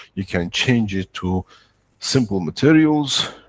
you can change it to simple materials.